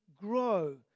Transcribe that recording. grow